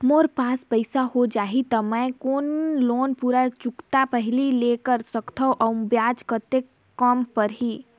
मोर पास पईसा हो जाही त कौन मैं लोन पूरा चुकता पहली ले कर सकथव अउ ब्याज कतेक कम पड़ही?